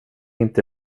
inte